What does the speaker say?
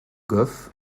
goff